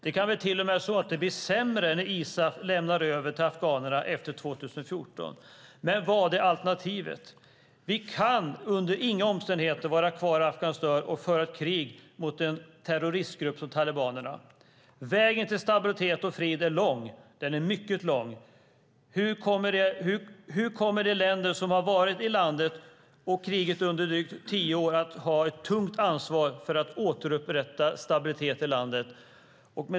Det kan till och med bli sämre när ISAF lämnar över till afghanerna efter 2014. Men vad är alternativet? Vi kan under inga omständigheter vara kvar i Afghanistan och föra ett krig mot en terroristgrupp som talibanerna. Vägen till stabilitet och fred är mycket lång. Här kommer de länder som har varit i landet och krigat under drygt tio år att ha ett tungt ansvar för att återupprätta landet.